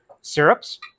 syrups